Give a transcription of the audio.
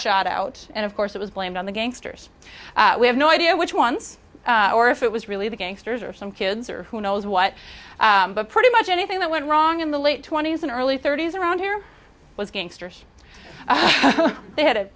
shot out and of course it was blamed on the gangsters we have no idea which ones or if it was really the gangsters or some kids or who knows what but pretty much anything that went wrong in the late twenty's and early thirty's around here was gangsters they had a